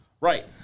Right